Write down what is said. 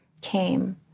came